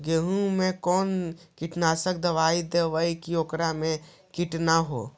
गेहूं में कोन कीटनाशक दबाइ देबै कि ओकरा मे किट न हो?